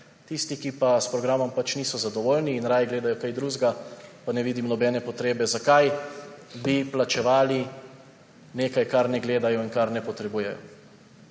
tisti, ki pa s programom pač niso zadovoljni in raje gledajo kaj drugega, pa ne vidim nobene potrebe, zakaj bi plačevali nekaj, česar ne gledajo in česar ne potrebujejo.